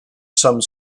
some